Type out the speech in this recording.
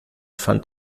fand